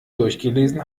durchgelesen